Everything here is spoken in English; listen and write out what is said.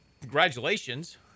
congratulations